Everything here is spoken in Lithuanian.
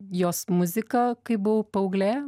jos muzika kai buvau paauglė